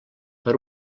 per